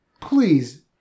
please